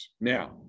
Now